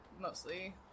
mostly